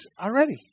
already